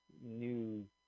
New